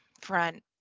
front